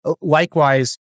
Likewise